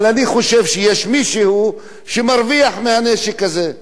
אבל אני חושב שיש מישהו שמרוויח מהנשק הזה.